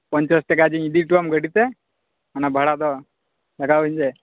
ᱯᱚᱧᱪᱟᱥ ᱴᱟᱠᱟ ᱫᱩᱧ ᱤᱫᱤ ᱦᱚᱴᱚᱣᱟᱢ ᱜᱟᱹᱰᱤᱛᱮ ᱚᱱᱟ ᱵᱷᱟᱲᱟ ᱫᱚ ᱞᱟᱜᱟᱣᱟᱹᱧ ᱡᱮ